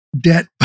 debt